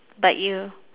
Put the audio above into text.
bite you